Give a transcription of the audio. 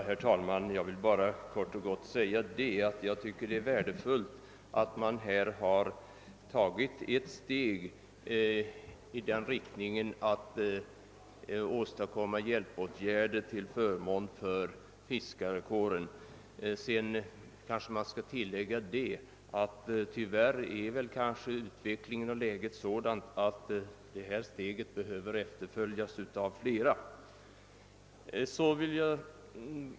Herr talman! Jag vill bara kort och gott säga att det är värdefullt att man här har tagit ett steg i riktning mot att åstadkomma hjälpåtgärder till förmån för fiskarkåren. Men det bör tilläggas att utvecklingen och läget tyvärr är sådana att detta steg kanske behöver efterföljas av fler.